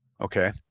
Okay